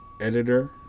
editor